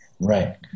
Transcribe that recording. right